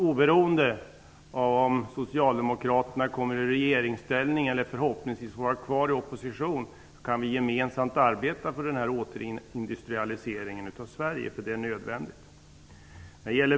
Oberoende av om Socialdemokraterna kommer i regeringsställning eller inte -- men jag hoppas att de får vara kvar i opposition -- kan vi gemensamt arbeta för en återindustrialisering av Sverige. Det är nödvändigt.